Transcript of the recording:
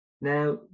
Now